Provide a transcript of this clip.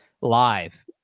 live